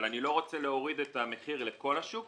אבל אני לא רוצה להוריד את המחיר לכל השוק,